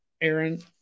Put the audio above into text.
Aaron